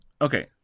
Okay